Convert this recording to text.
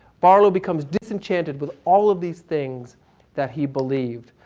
barlow becomes disenchanted with all of these things that he believed.